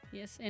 Yes